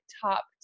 top